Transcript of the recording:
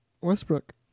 Westbrook